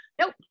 Nope